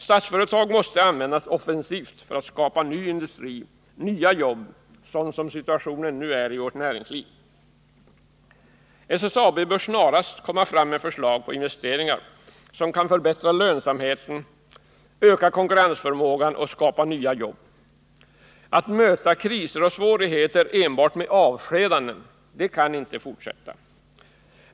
Statsföretag måste användas offensivt för att skapa ny industri, nya jobb, sådan som situationen nu är inom vårt näringsliv. SSAB bör snarast lägga fram förslag på investeringar som kan förbättra lönsamheten, öka konkurrensförmågan och skapa nya jobb. Att möta kriser och svårigheter enbart med avskedanden — det kan inte få fortsätta.